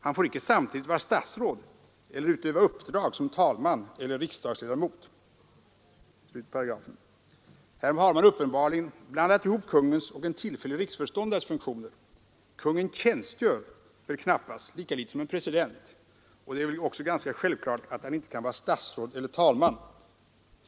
Han får icke samtidigt vara statsråd eller utöva uppdrag såsom talman eller riksdagsledamot.” Här har man uppenbarligen blandat ihop kungens och en tillfällig riksföreståndares funktioner. Kungen ”tjänstgör” väl knappast — lika litet som en president — och det är väl också ganska självklart att han inte kan vara statsråd eller talman.